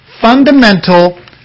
fundamental